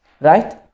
right